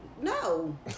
No